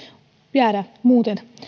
jäädä